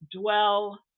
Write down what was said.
dwell